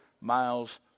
miles